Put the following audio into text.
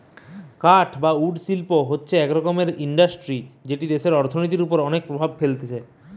কাঠ বা উড শিল্প হতিছে এক বৃহত্তম ইন্ডাস্ট্রি যেটি দেশের অর্থনীতির ওপর অনেক প্রভাব ফেলতিছে